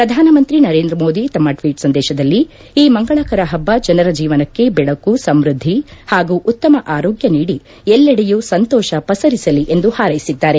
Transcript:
ಪ್ರಧಾನಮಂತ್ರಿ ನರೇಂದ್ರ ಮೋದಿ ತಮ್ಮ ಟ್ವೀಟ್ ಸಂದೇಶದಲ್ಲಿ ಈ ಮಂಗಳಕರ ಹಬ್ಬ ಜನರ ಜೀವನಕ್ಕೆ ಬೆಳಕು ಸಮ್ಬದ್ದಿ ಹಾಗೂ ಉತ್ತಮ ಆರೋಗ್ಯ ನೀಡಿ ಎಲ್ಲೆಡೆಯೂ ಸಂತೋಷ ಪಸರಿಸಲಿ ಎಂದು ಶುಭ ಹಾರ್ವೆಸಿದ್ದಾರೆ